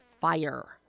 fire